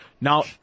Now